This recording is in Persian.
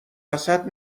وسط